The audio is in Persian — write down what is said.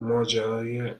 ماجرای